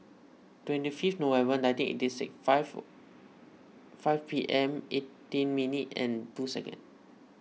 twenty five November nineteen eighty six five five P M eighteen minute and two second